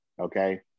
Okay